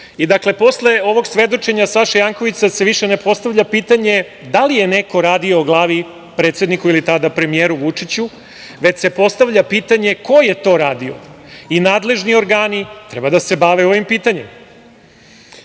iznutra. Posle ovog svedočenja Saša Jankovića se više ne postavlja pitanje da li je neko radio o glavi predsedniku ili tada premijeru Vučiću, već se postavlja pitanje ko je to radio? Nadležni organi treba da se bave ovim pitanjem. Odbrana